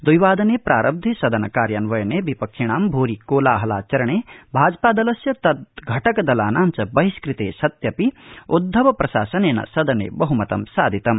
द्वि वादने प्रारब्धे सदन कार्यान्वयने विपक्षिणां भूरि कोलाहलाचरणे भाजपादलस्य तद्वटकदलानां च बहिष्कृते सत्यपि उद्वव प्रशासनेन सदने बहमतं साधितम्